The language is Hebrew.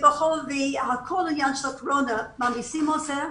עניין הקורונה מעמיס על זה,